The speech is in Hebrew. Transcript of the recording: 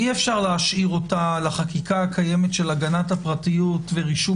אי-אפשר להשאיר אותה לחקיקה הקיימת של הגנת הפרטיות ורישום